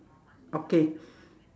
okay